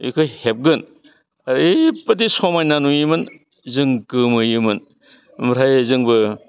बेखौ हेबगोन ओरैबायदि समायना नुयोमोन जों गोमोयोमोन आमफ्राय जोंबो